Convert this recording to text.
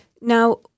Now